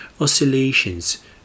oscillations